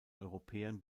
europäern